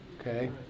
Okay